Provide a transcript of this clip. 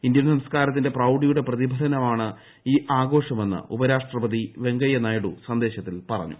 Indian സംസ്ക്കാരത്തിന്റെ പ്രൌഢിയുടെ പ്രതിഫലനമാണ് ഈ ആഘോഷമെന്ന് ഉപരാഷ്ട്രപതി വെങ്കയ്യ നായിഡു സന്ദേശത്തിൽ പറഞ്ഞു